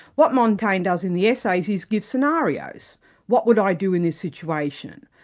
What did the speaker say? what montaigne does in the essays is give scenarios what would i do in this situation?